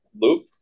loop